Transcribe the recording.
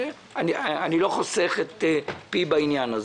אני לא חוסך במילים בעניין הזה,